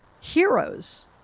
heroes